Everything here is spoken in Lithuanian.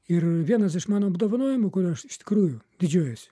ir vienas iš mano apdovanojimų kuriuo aš iš tikrųjų didžiuojuosi